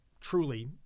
truly